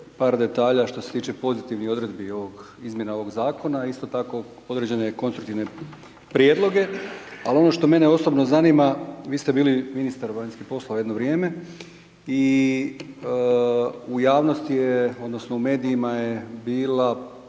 par detalja što se tiče pozitivnih odredbi ovog, izmjena ovog zakona a isto tako određene konstruktivne prijedloge. Ali ono što mene osobno zanima, vi ste bili ministar vanjski poslova neko vrijeme i u javnosti je, odnosno u medijima je bilo